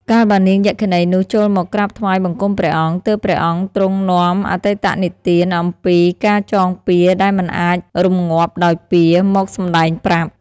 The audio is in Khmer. កាលបើនាងយក្ខិនីនោះចូលមកក្រាបថ្វាយបង្គំព្រះអង្គ ទើបព្រះអង្គទ្រង់នាំអតីតនិទាន "អំពីការចងពៀរ ដែលមិនអាចរម្ងាប់ដោយពៀរ" មកសម្តែងប្រាប់ ។